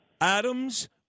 Adams